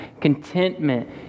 contentment